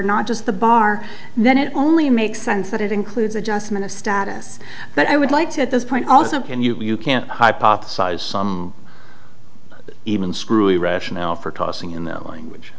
not just the bar then it only makes sense that it includes adjustment of status but i would like to at this point also can you can hypothesize some even screwy rationale for tossing in the language